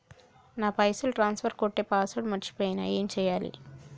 నా పైసల్ ట్రాన్స్ఫర్ కొట్టే పాస్వర్డ్ మర్చిపోయిన ఏం చేయాలి?